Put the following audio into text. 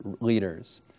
leaders